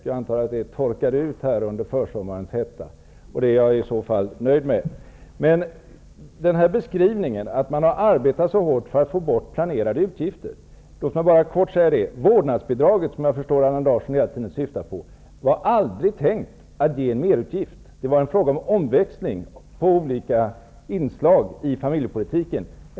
Jag antar att det torkade ut i försommarens hetta. Det är jag i så fall nöjd med. Det sägs att man har arbetat så hårt för att få bort planerade utgifter. Jag förstår att Allan Larsson syftar på vårdnadsbidraget. Det var aldrig tänkt att det skulle ge en merutgift. Det var fråga om en omfördelning av olika inslag i familjepolitiken.